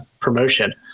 promotion